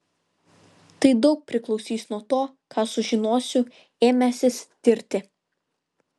tai daug priklausys nuo to ką sužinosiu ėmęsis tirti